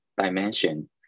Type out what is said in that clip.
dimension